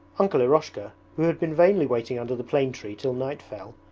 uncle eroshka, who had been vainly waiting under the plane tree till night fell,